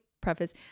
preface